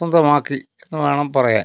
സ്വന്തമാക്കി എന്ന് വേണം പറയാൻ